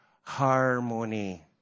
harmony